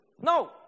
No